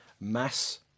mass